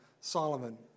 Solomon